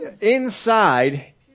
inside